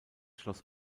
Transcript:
schloss